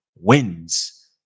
wins